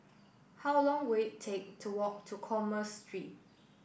how long will it take to walk to Commerce Street